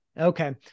Okay